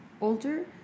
older